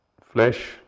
flesh